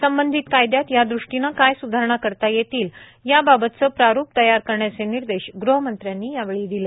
संबंधित कायद्यात या दृष्टीने काय सुधारणा करता येतील याबाबतचं प्रारूप तयार करण्याचे निर्देश गृहमंत्र्यांनी यावेळी दिले